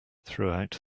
throughout